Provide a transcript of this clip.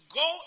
go